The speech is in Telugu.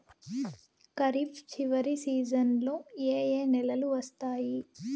ఖరీఫ్ చివరి సీజన్లలో ఏ ఏ నెలలు వస్తాయి